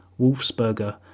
Wolfsburger